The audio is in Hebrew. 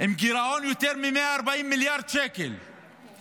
עם גירעון של יותר מ-140 מיליארדי שקלים,